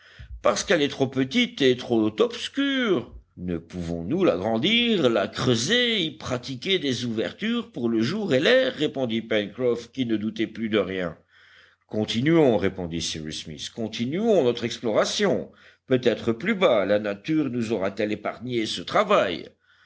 parce qu'elle est trop petite et trop obscure ne pouvons-nous l'agrandir la creuser y pratiquer des ouvertures pour le jour et l'air répondit pencroff qui ne doutait plus de rien continuons répondit cyrus smith continuons notre exploration peut-être plus bas la nature nous aura-t-elle épargné ce travail